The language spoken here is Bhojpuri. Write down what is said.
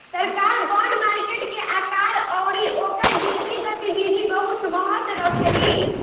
सरकार बॉन्ड मार्केट के आकार अउरी ओकर वित्तीय गतिविधि बहुत महत्व रखेली